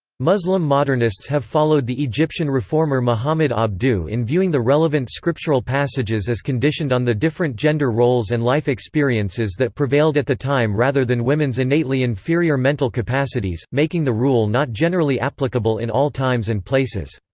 muslim modernists have followed the egyptian reformer muhammad um abduh in viewing the relevant scriptural passages as conditioned on the different gender roles and life experiences that prevailed at the time rather than women's innately inferior mental capacities, making the rule not generally applicable in all times and places.